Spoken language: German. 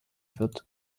wird